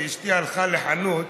כי אשתי הלכה לחנות